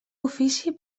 ofici